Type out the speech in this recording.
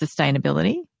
sustainability